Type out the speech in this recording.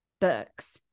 books